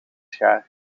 schaar